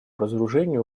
разоружению